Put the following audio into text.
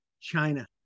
China